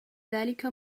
ذلك